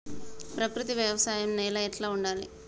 ప్రకృతి వ్యవసాయం నేల ఎట్లా ఉండాలి?